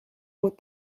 aux